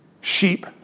sheep